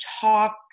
talk